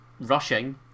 rushing